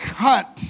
cut